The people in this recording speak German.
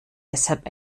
deshalb